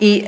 i